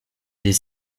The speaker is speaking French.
des